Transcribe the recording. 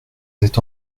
êtes